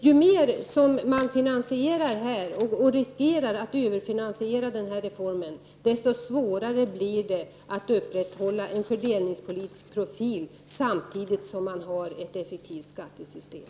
Ju mer man finansierar och riskerar att överfinansiera reformen, desto svårare blir det att upprätthålla en fördelningspolitisk profil, samtidigt som man har ett effektivt skattesystem.